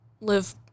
live